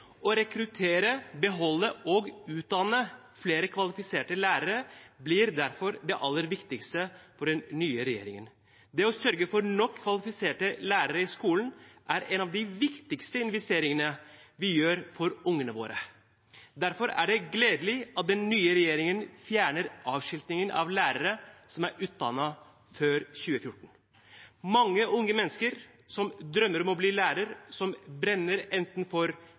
Å rekruttere, beholde og utdanne flere kvalifiserte lærere blir derfor det aller viktigste for den nye regjeringen. Det å sørge for nok kvalifiserte lærere i skolen er en av de viktigste investeringene vi gjør for ungene våre. Derfor er det gledelig at den nye regjeringen fjerner avskiltingen av lærere som er utdannet før 2014. Mange unge mennesker som drømmer om å bli lærer, som brenner for enten språk, historie eller samfunnsfag, har alle forutsetninger for